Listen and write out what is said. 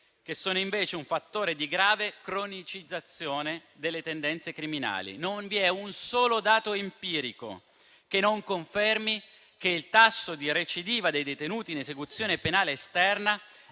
che sono invece un fattore di grave cronicizzazione delle tendenze criminali. Non vi è un solo dato empirico che non confermi che il tasso di recidiva dei detenuti in esecuzione penale esterna